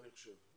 אני חושב.